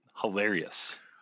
Hilarious